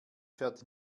fährt